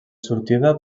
sortida